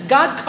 God